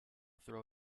throw